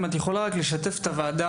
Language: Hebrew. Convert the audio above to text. אם את יכולה לשתף את הוועדה,